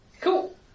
Cool